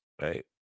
right